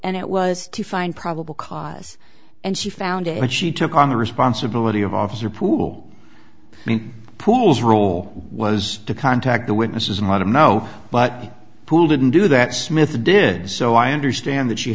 and it was to find probable cause and she found it she took on the responsibility of officer pool pools role was to contact the witnesses and i don't know but the pool didn't do that smith did so i understand that she